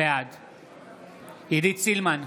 בעד עידית סילמן,